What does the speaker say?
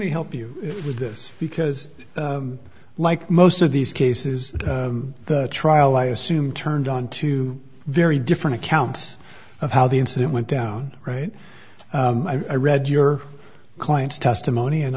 help you with this because like most of these cases the trial i assume turned on two very different accounts of how the incident went down right i read your client's testimony and